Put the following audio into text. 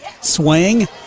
Swing